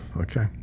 Okay